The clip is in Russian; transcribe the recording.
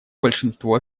большинство